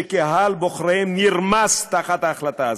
שקהל בוחריהם נרמס תחת החלטה זו.